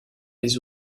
les